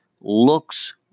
looks